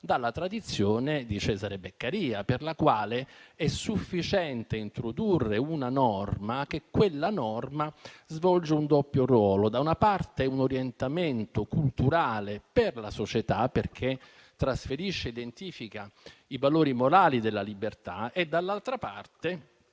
dalla tradizione di Cesare Beccaria, per la quale è sufficiente introdurre una norma affinché essa svolga un doppio ruolo: da una parte, rappresenta un orientamento culturale per la società, perché trasferisce e identifica i valori morali della libertà; dall'altra,